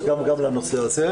תיכף אני אתייחס גם לנושא הזה.